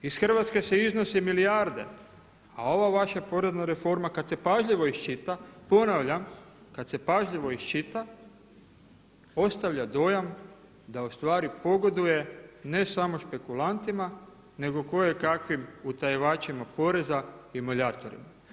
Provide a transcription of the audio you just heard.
Iz Hrvatske se iznosi milijarde, a ova vaša porezna reforma kada se pažljivo iščita, ponavljam, kada se pažljivo iščita ostavlja dojam da ustvari pogoduje ne samo špekulantima nego kojekakvim utajivačima poreza i muljatorima.